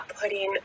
putting